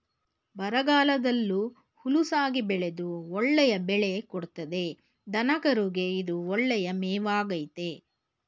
ಬರಗಾಲದಲ್ಲೂ ಹುಲುಸಾಗಿ ಬೆಳೆದು ಒಳ್ಳೆಯ ಬೆಳೆ ಕೊಡ್ತದೆ ದನಕರುಗೆ ಇದು ಒಳ್ಳೆಯ ಮೇವಾಗಾಯ್ತೆ